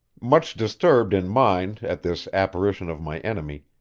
much disturbed in mind at this apparition of my enemy,